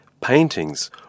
paintings